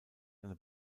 eine